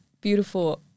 beautiful